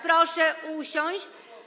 Proszę usiąść.